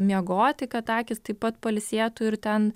miegoti kad akys taip pat pailsėtų ir ten